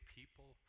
people